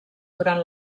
durant